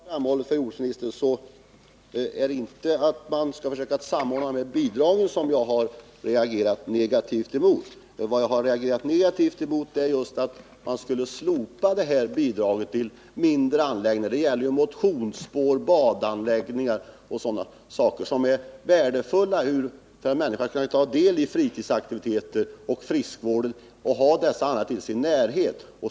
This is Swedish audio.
Herr talman! Som jag tidigare har framhållit för jordbruksministern är det inte detta att man skall försöka samordna bidragen som jag har reagerat negativt mot. Vad jag däremot har reagerat negativt mot är att man skulle slopa bidraget till mindre anläggningar. Det gäller ju motionsspår, badanläggningar etc. som är värdefulla för att människor skall kunna ta del i fritidsaktiviteter och friskvård. Och det krävs då att de har dem i sin närhet.